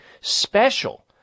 special